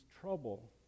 trouble